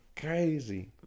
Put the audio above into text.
crazy